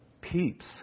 Peeps